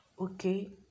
okay